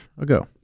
ago